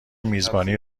میزبانی